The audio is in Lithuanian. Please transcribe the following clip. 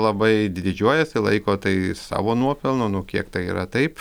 labai didžiuojasi laiko tai savo nuopelnu nu kiek tai yra taip